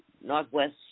Northwest